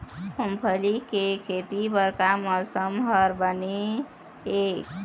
मूंगफली के खेती बर का मौसम हर बने ये?